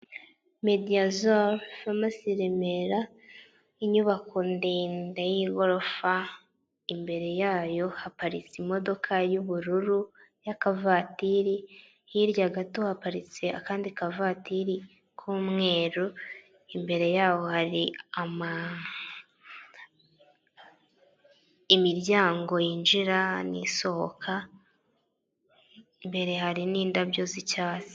Mediyazoro famasi Remera, inyubako ndende y'igorofa, imbere yayo haparitse imodoka y'ubururu y'akavatiri, hirya gato haparitse akandi kavatiri k'umweru, imbere yaho hari imiryango yinjira n'isohoka, imbere hari n'indabyo z'icyatsi.